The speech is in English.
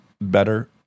better